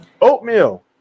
Oatmeal